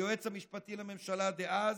היועץ המשפטי לממשלה דאז,